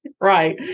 Right